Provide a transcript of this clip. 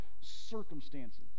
circumstances